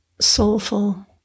soulful